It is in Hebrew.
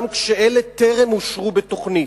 גם כשאלה טרם אושרו בתוכנית.